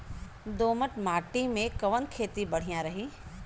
दोमट माटी में कवन खेती बढ़िया रही?